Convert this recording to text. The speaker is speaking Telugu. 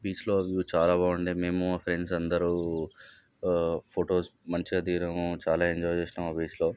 బీచ్లో ఆ వ్యూ చాలా బాగుండే మేము మా ఫ్రెండ్స్ అందరు ఫొటోస్ మంచిగా దిగినాము చాలా ఎంజాయ్ చేసినాం ఆ బీచ్లో